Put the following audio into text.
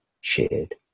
shared